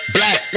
Black